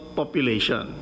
population